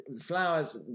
flowers